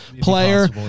player